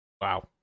Wow